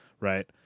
right